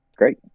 Great